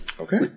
Okay